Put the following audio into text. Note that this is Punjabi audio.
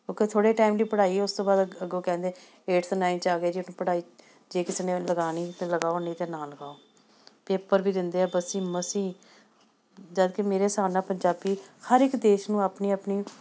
ਉਹ ਕ ਥੋੜ੍ਹੇ ਟਾਈਮ ਲਈ ਪੜ੍ਹਾਈ ਉਸ ਤੋਂ ਬਾਅਦ ਅੱਗੋਂ ਕਹਿੰਦੇ ਏਟਥ ਨਾਈਨ 'ਚ ਆ ਗਏ ਜੀ ਪੜ੍ਹਾਈ ਜੇ ਕਿਸੇ ਨੇ ਲਗਵਾਉਣੀ ਤਾਂ ਲਗਵਾਓ ਨਹੀਂ ਤਾਂ ਨਾ ਲਗਵਾਓ ਪੇਪਰ ਵੀ ਦਿੰਦੇ ਆ ਬੱਸੀ ਮਸੀ ਜਦੋਂ ਕਿ ਮੇਰੇ ਹਿਸਾਬ ਨਾਲ ਪੰਜਾਬੀ ਹਰ ਇੱਕ ਦੇਸ਼ ਨੂੰ ਆਪਣੀ ਆਪਣੀ